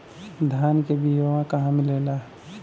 धान के बिया कहवा मिलेला?